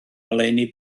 ngoleuni